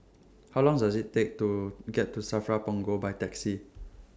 How Long Does IT Take to get to SAFRA Punggol By Taxi